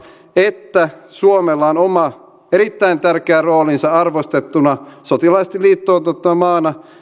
että suomella on oma erittäin tärkeä roolinsa arvostettuna sotilaallisesti liittoutumattomana maana